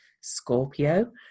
Scorpio